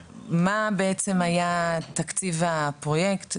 מה בעצם היה תקציב הפרויקט,